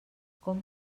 com